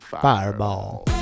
Fireball